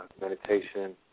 meditation